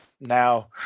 now-